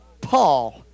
Paul